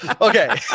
Okay